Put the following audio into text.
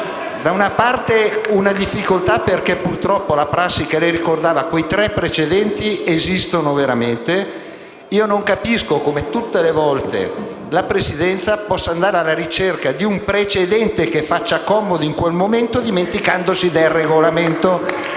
da una parte una difficoltà, perché purtroppo la prassi che lei ricordava - quei tre precedenti - esiste veramente. Io non capisco come tutte le volte la Presidenza possa andare alla ricerca di un precedente che faccia comodo in quel momento, dimenticandosi del Regolamento.